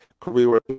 career